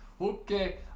Okay